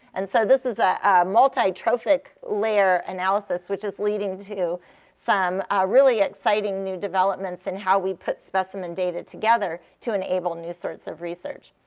and so this is a multi-trophic layer analysis which is leading to some really exciting new developments in how we put specimen data together to enable new sorts of research.